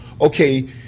okay